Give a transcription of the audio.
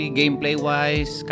gameplay-wise